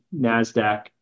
NASDAQ